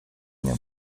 nią